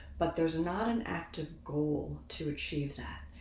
but there's not an active goal to achieve that.